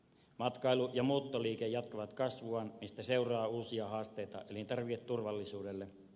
matkailu ja muuttoliike jatkavat kasvuaan mistä seuraa uusia haasteita elintarviketurvallisuudelle